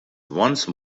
once